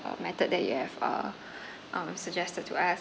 method that you have uh um suggested to us